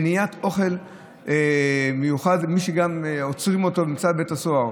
מניעת אוכל מיוחד גם ממי שעוצרים אותו וגם ממי שנמצא בבית הסוהר,